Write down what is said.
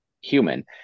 human